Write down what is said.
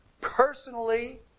personally